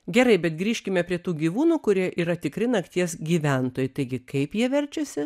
gerai bet grįžkime prie tų gyvūnų kurie yra tikri nakties gyventojai taigi kaip jie verčiasi